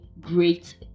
great